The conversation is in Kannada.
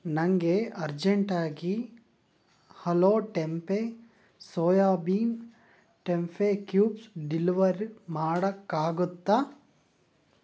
ನನಗೆ ಅರ್ಜೆಂಟಾಗಿ hello tempeh soya bean tempeh cubes deliver ಮಾಡೋಕ್ಕಾಗುತ್ತಾ